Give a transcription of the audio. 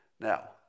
Now